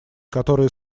которые